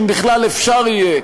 אם בכלל אפשר יהיה,